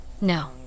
No